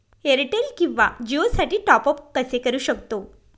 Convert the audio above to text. Airtel किंवा जिओसाठी मी टॉप ॲप कसे करु शकतो?